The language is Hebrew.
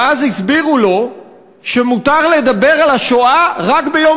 ואז הסבירו לו שמותר לדבר על השואה רק ביום